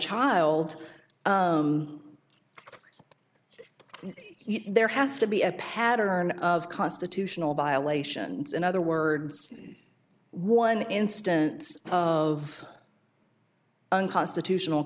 child and there has to be a pattern of constitutional violations in other words one instance of unconstitutional